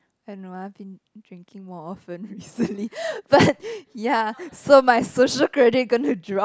and no I've been drinking more often easily but ya so my social credit gonna drop